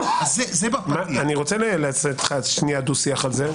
אני רוצה לעשות איתך דו-שיח על זה,